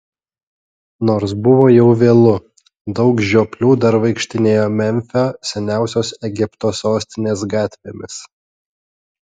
nors buvo jau vėlu daug žioplių dar vaikštinėjo memfio seniausios egipto sostinės gatvėmis